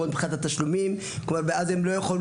הם לא עומדים מבחינת התשלומים.